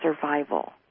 survival